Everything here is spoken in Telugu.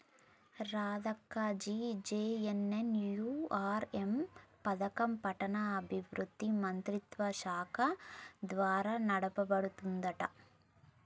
రాధక్క గీ జె.ఎన్.ఎన్.యు.ఆర్.ఎం పథకం పట్టణాభివృద్ధి మంత్రిత్వ శాఖ ద్వారా నడపబడుతుందంట